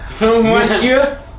Monsieur